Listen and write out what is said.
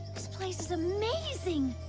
this place amazing